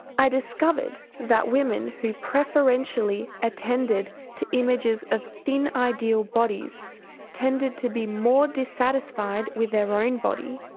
i discovered that women who preferentially attended to images of thin ideal bodies tended to be more dissatisfied with their own body,